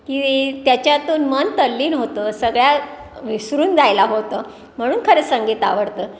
की त्याच्यातून मन तल्लीन होतं सगळ्या विसरून जायला होतं म्हणून खरं संगीत आवडतं